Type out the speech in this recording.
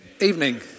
evening